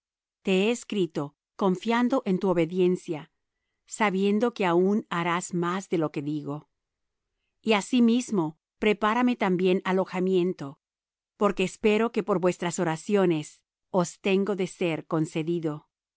te he escrito confiando en tu obediencia sabiendo que aun harás más de lo que digo y asimismo prepárame también alojamiento porque espero que por vuestras oraciones os tengo de ser concedido